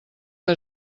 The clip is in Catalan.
que